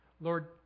Lord